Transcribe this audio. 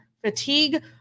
fatigue